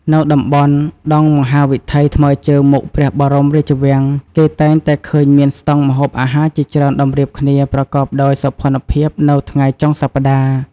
នៅតំបន់ដងមហាវិថីថ្មើរជើងមុខព្រះបរមរាជវាំង គេតែងតែឃើញមានស្តង់ម្ហូបអាហារជាច្រើនតម្រៀបគ្នាប្រកបដោយសោភ័ណភាពនៅថ្ងៃចុងសប្ដាហ៍។